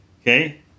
Okay